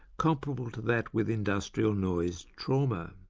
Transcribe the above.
comparable to that with industrial noise trauma.